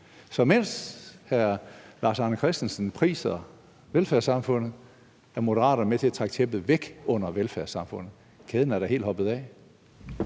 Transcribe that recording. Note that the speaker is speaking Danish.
Så mens hr. Lars Arne Christensen priser velfærdssamfundet, er Moderaterne væk med til at trække tæppet væk under velfærdssamfundet. Kæden er da helt hoppet af.